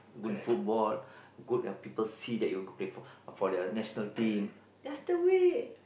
good football good people see you that play for for the national team that's the way